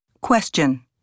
Question